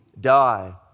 die